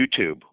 YouTube